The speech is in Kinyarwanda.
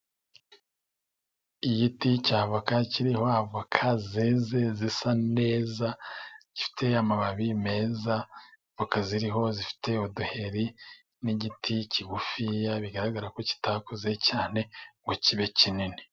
Igiti cya voka kiriho avoka zeze zisa neza， gifite amababi meza，voka ziriho zifite uduheri，n'igiti kigufi，bigaragara ko kitakuze cyane， ngo kibe kinini.